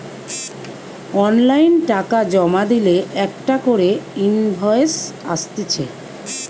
online টাকা জমা দিলে একটা করে ইনভয়েস আসতিছে